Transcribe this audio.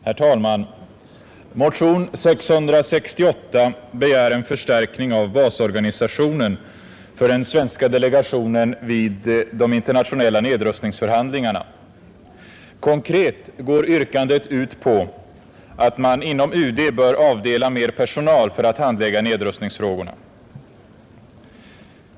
Herr talman! I motionen 668 begärs en förstärkning av basorganisationen för den svenska delegationen vid de internationella nedrustningsförhandlingarna. Konkret går yrkandet ut på att man inom UD bör avdela mer personal för att handlägga nedrustningsfrågorna.